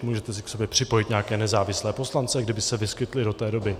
Můžete si k sobě připojit nějaké nezávislé poslance, kdyby se vyskytli do té doby.